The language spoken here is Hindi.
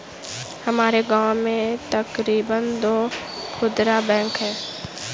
हमारे गांव में तकरीबन दो खुदरा बैंक है